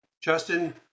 Justin